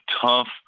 tough